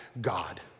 God